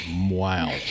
wow